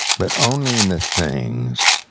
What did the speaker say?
but only in the things,